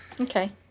Okay